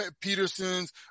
Petersons